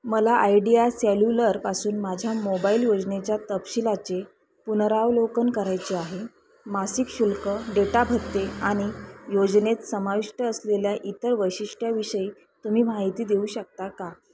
मला आयडीया सॅल्युलरपासून माझ्या मोबाईल योजनेच्या तपशीलाचे पुनरावलोकन करायचे आहे मासिक शुल्क डेटाभत्ते आणि योजनेत समाविष्ट असलेल्या इतर वैशिष्ट्याविषयी तुम्ही माहिती देऊ शकता का